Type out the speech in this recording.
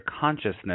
consciousness